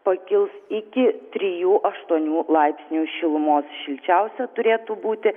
pakils iki trijų aštuonių laipsnių šilumos šilčiausia turėtų būti